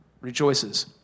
rejoices